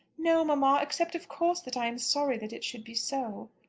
no, mamma except of course that i am sorry that it should be so.